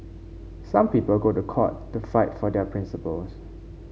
some people go to court to fight for their principles